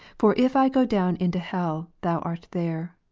for if i go down into hell, thou art there.